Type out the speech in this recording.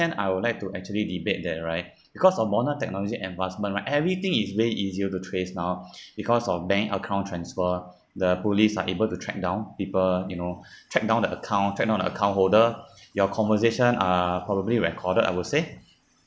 hand I would like to actually debate that right because of modern technology advancement right everything is way easier to trace now because of bank account transfer the police are able to track down people you know track down the account track down the account holder your conversation are probably recorded I would say